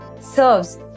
serves